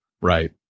Right